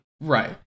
Right